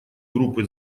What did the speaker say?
группы